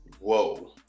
whoa